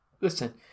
Listen